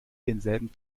denselben